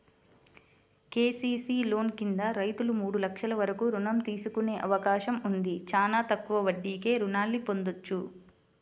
KCC loan కింద రైతులు మూడు లక్షల వరకు రుణం తీసుకునే అవకాశం ఉంది, చానా తక్కువ వడ్డీకే రుణాల్ని పొందొచ్చు